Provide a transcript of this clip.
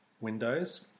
Windows